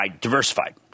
Diversified